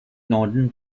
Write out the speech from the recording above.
northern